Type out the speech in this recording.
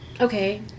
Okay